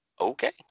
Okay